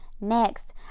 next